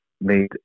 made